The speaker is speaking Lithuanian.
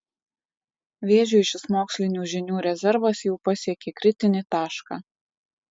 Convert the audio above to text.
vėžiui šis mokslinių žinių rezervas jau pasiekė kritinį tašką